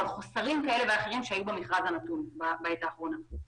או על חוסרים כאלה ואחרים שהיו במכרז בעת האחרונה.